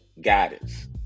guidance